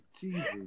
Jesus